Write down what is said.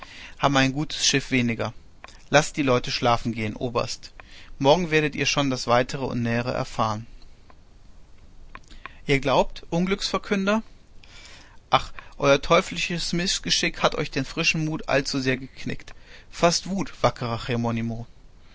haben ein gutes schiff weniger laßt die leute schlafen gehen oberst morgen werdet ihr schon das weitere und nähere erfahren ihr glaubt unglücksverkünder ach euer teuflisches mißgeschick hat euch den frischen mut allzusehr geknickt faßt mut wackerer